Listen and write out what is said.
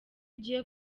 ugiye